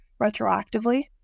retroactively